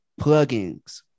plugins